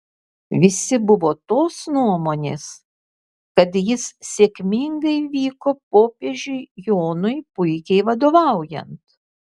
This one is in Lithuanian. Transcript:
visi buvo tos nuomonės kad jis sėkmingai vyko popiežiui jonui puikiai vadovaujant